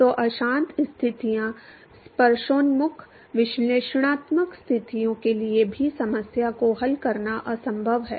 तो अशांत स्थितियां स्पर्शोन्मुख विश्लेषणात्मक स्थितियों के लिए भी समस्या को हल करना असंभव है